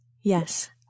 Yes